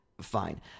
Fine